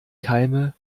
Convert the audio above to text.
keime